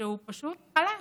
שהוא פשוט חלש.